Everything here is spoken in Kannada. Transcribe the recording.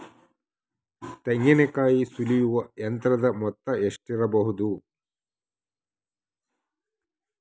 ತೆಂಗಿನಕಾಯಿ ಸುಲಿಯುವ ಯಂತ್ರದ ಮೊತ್ತ ಎಷ್ಟಿರಬಹುದು?